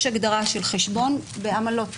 יש הגדרה של חשבון בעמלות.